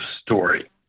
story